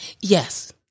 Yes